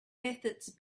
methods